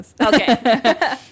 okay